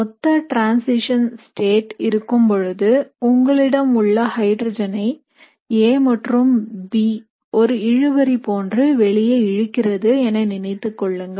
ஒத்த transition state இருக்கும்பொழுது உங்களிடம் உள்ள ஹைட்ரஜன் ஐ A மற்றும் B ஒரு இழுபறி போன்று வெளியே இழுக்கிறது என நினைத்துக் கொள்ளுங்கள்